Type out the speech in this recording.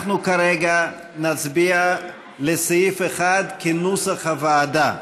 1. אנחנו כרגע נצביע על סעיף 1, כנוסח הוועדה.